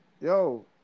Yo